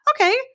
okay